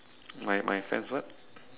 my my friends what